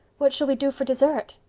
what shall we do for dessert?